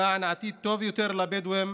למען עתיד טוב יותר לבדואים,